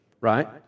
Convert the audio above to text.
right